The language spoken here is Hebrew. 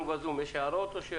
נציג